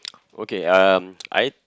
okay um I